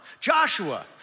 Joshua